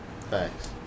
Thanks